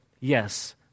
Yes